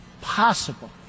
possible